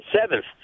seventh